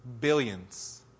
Billions